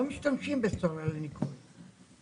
לא משתמשים בסולר לניקוי.